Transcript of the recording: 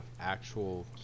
actual